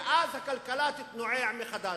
ואז הכלכלה תותנע מחדש.